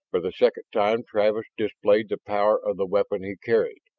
for the second time travis displayed the power of the weapon he carried,